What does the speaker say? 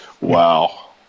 Wow